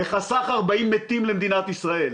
וחסך 40 מתים למדינת ישראל.